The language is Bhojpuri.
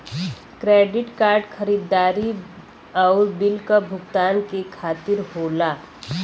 क्रेडिट कार्ड खरीदारी आउर बिल क भुगतान के खातिर होला